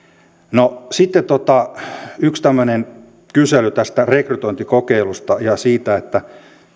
sitten oli yksi tämmöinen kysely tästä rekrytointikokeilusta ja siitä että